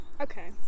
okay